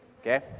okay